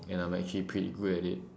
and I'm actually pretty good at it